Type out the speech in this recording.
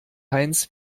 heinz